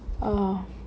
oh